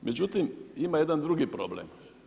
Međutim, ima jedan drugi problem.